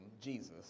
Jesus